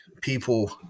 people